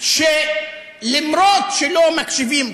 שגם אם לא מקשיבים,